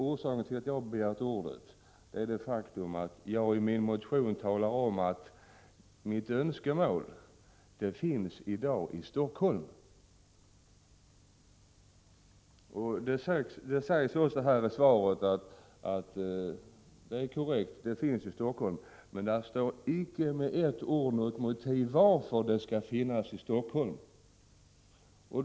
Orsaken till att jag har begärt ordet är det faktum att jag i min motion har talat om att mitt önskemål i dag är verklighet i Helsingfors. Utskottet svarar att det är korrekt att det finns i Helsingfors, men där står icke med ett ord motiverat varför det skall finnas i Helsingfors.